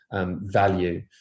Value